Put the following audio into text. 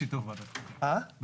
בשיתוף ועדת חוקה.